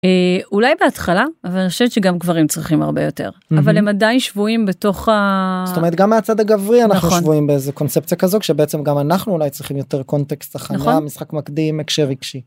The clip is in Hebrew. אה...אולי בהתחלה? אבל אני חושבת שגם גברים צריכים הרבה יותר אבל הם עדיין שבויים בתוך ה.. זאת אומרת גם מהצד הגברי אנחנו, נכון, שבויים באיזה קונספציה כזו שבעצם גם אנחנו אולי צריכים יותר קונטקסט, הכנה, משחק מקדים, הקשר רגשי.